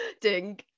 ding